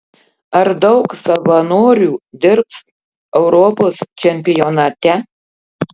ar daug savanorių dirbs europos čempionate